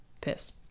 piss